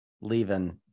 leaving